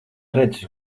redzi